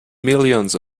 millions